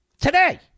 Today